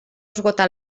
esgotar